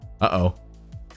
Uh-oh